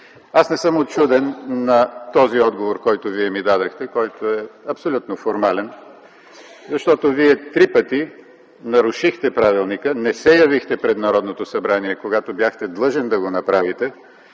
Не съм учуден на отговора, който ми дадохте и който е абсолютно формален, защото Вие три пъти нарушихте правилника, не се явихте пред Народното събрание, когато бяхте длъжен да го направите,